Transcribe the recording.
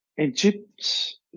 Egypt